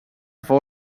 fou